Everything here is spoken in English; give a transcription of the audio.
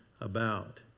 about